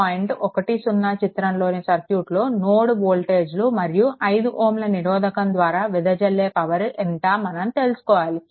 10 చిత్రంలోని సర్క్యూట్లో నోడ్ వోల్టేజ్లు మరియు 5 Ωల నిరోధకం ద్వారా వెదజల్లే పవర్ ఎంత మనం తెలుకోవాలి